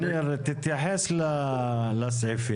ניר, תתייחס לסעיפים.